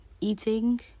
eating